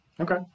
Okay